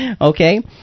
Okay